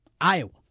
Iowa